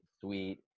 sweet